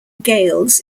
gaels